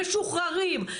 משוחררים.